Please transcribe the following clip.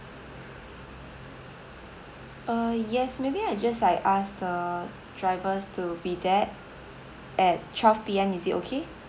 uh yes maybe I just I asked the drivers to be there at twelve P_M is it okay